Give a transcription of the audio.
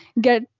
get